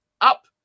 Up